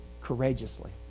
courageously